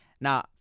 now